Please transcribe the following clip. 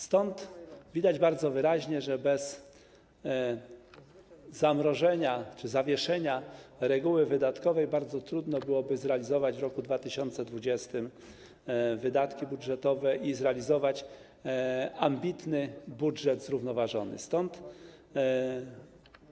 Stąd widać bardzo wyraźnie, że bez zamrożenia czy zawieszenia reguły wydatkowej bardzo trudno byłoby zrealizować w roku 2020 wydatki budżetowe i zrealizować ambitny, zrównoważony budżet.